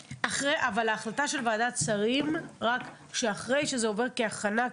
ההחלטה של ועדת השרים שאחרי שזה עובר בהכנה,